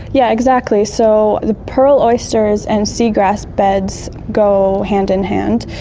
yeah exactly, so the pearl oysters and seagrass beds go hand in hand,